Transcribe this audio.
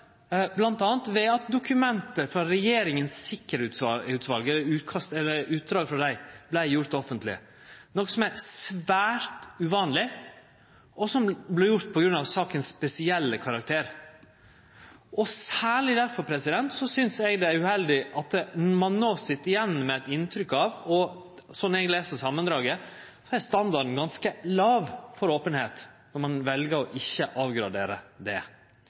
bl.a. ved at utdrag av dokument frå Regjeringas Sikkerheitsutval vart offentleggjort, noko som er svært uvanleg, og som vart gjort på grunn av den spesielle karakteren til saka. Særleg difor synest eg det er uheldig at ein no sit igjen med eit inntrykk av – slik eg les samandraget – at standarden for openheit er ganske låg, når ein vel ikkje å avgradere det.